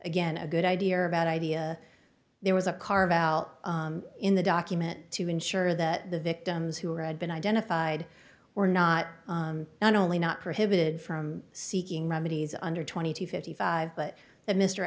again a good idea or a bad idea there was a carve out in the document to ensure that the victims who had been identified were not only not prohibited from seeking remedies under twenty to fifty five but that mr